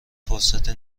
فرصتی